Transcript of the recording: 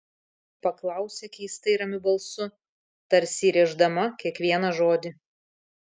paklausė keistai ramiu balsu tarsi įrėždama kiekvieną žodį